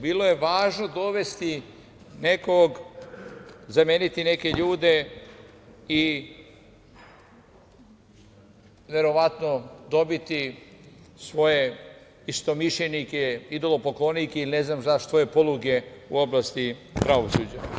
Bilo je važno dovesti nekog, zameniti neke ljude i verovatno dobiti svoje istomišljenike, idolopoklonike ili ne znam šta, svoje poluge u oblasti pravosuđa.